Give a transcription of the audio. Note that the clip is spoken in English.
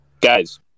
Guys